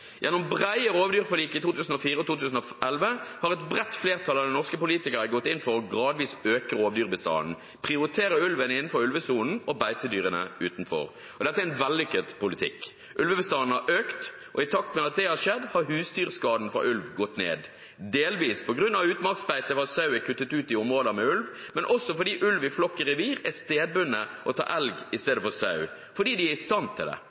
Gjennom brede rovdyrforlik i 2004 og 2011 har et bredt flertall av norske politikere gått inn for gradvis å øke rovdyrbestanden, prioritere ulven innenfor ulvesonen og beitedyrene utenfor. Dette er en vellykket politikk. Ulvebestanden har økt, og i takt med at det har skjedd, har antallet husdyrskader fra ulv gått ned – delvis på grunn av at utmarksbeite for sau er kuttet ut i områder med ulv, men også fordi ulv i flokk i revir er stedbundne og tar elg istedenfor sau, fordi de er i stand til det.